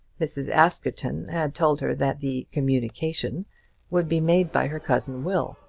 mrs. askerton had told her that the communication would be made by her cousin will.